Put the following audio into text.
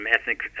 ethnic